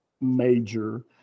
major